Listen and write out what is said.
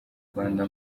rwanda